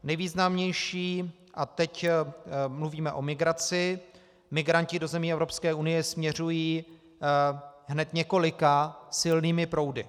Nejvýznamnější, a teď mluvíme o migraci, migranti do zemí Evropské unie směřují hned několika silnými proudy.